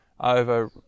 over